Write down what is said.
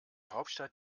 hauptstadt